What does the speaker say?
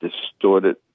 distorted